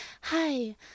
Hi